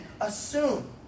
assume